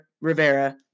Rivera